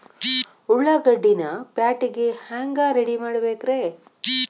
ಉಳ್ಳಾಗಡ್ಡಿನ ಪ್ಯಾಟಿಗೆ ಹ್ಯಾಂಗ ರೆಡಿಮಾಡಬೇಕ್ರೇ?